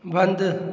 बंदि